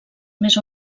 més